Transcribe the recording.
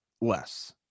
less